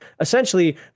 essentially